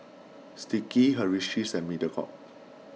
Sticky Hersheys and Mediacorp